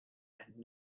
and